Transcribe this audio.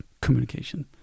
communication